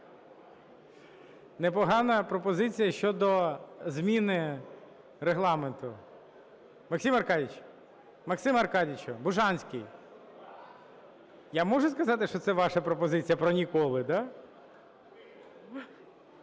Непогана пропозиція щодо зміни регламенту. Максим Аркадійович! Максим Аркадійович Бужанський! Я можу сказати, що це ваша пропозиція про "ніколи", да?